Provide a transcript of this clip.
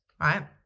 right